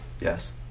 Yes